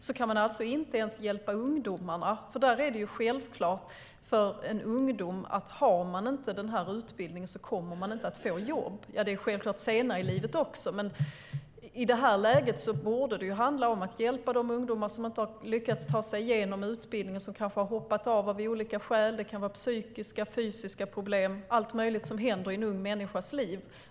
Man kan alltså inte ens hjälpa ungdomarna. En ungdom som inte har den utbildningen kommer inte att få jobb. Det gäller självklart senare i livet också. Men i det här läget borde det handla om att hjälpa de ungdomar som inte har lyckats ta sig igenom utbildningen. De har kanske av olika skäl hoppat av. Det kan vara psykiska och fysiska problem. Det är allt möjligt som händer i en ung människas liv.